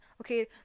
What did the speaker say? okay